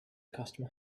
customer